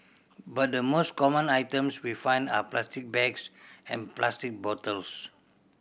but the most common items we find are plastic bags and plastic bottles